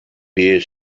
bear